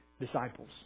disciples